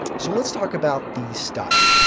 so let's talk about the style.